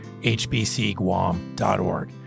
hbcguam.org